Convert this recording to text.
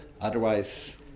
Otherwise